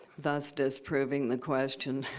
thus disproving the question,